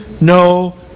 no